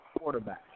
quarterback